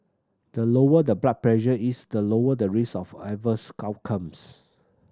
the lower the blood pressure is the lower the risk of adverse outcomes